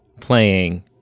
playing